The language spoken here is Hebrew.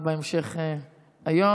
בהמשך היום.